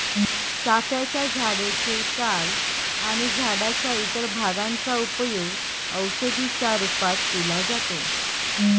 चाफ्याच्या झाडे चे साल आणि झाडाच्या इतर भागांचा उपयोग औषधी च्या रूपात केला जातो